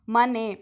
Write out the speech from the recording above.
ಮನೆ